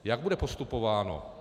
Jak bude postupováno?